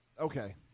Okay